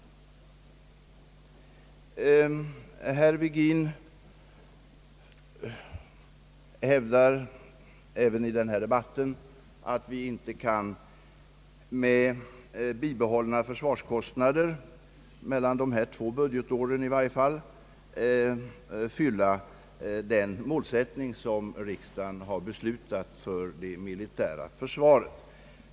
Herr Virgin hävdar även i denna debatt att vi med bibehållna försvarskostnader mellan dessa två budgetår i varje fall inte kan uppfylla den målsättning som riksdagen har beslutat för det militära försvaret.